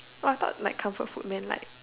I thought like comfort food man like